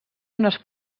unes